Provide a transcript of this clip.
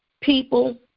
people